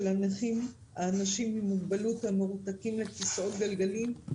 מצב הנכים המרותקים לכיסאות גלגלים,